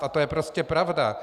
A to je prostě pravda.